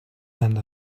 and